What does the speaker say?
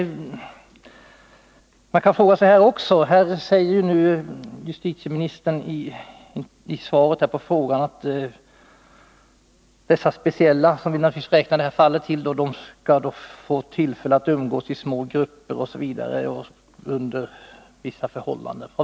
Justitieministern säger i svaret på frågan att de som tillhör den speciella kategori till vilken vi > naturligtvis måste räkna detta fall skall få tillfälle att umgås i små grupper och under vissa förhållanden.